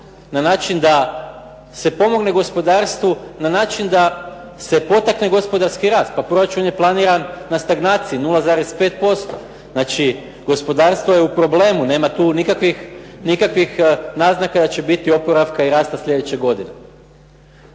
na način da se pomogne gospodarstvu na način da se potakne gospodarski rast. Pa proračun je planiran na stagnaciji 0,5%. Znači gospodarstvo je u problemu, nema tu nikakvih naznaka da će biti oporavka i rasta slijedeće godine.